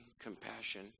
compassion